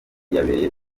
yabereye